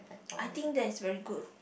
I think that is very good